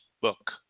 book